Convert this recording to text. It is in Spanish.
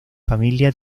familia